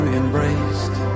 embraced